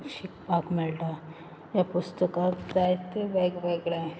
शिकपाक मेळटा ह्या पुस्तकांत जायते वेग वेगळें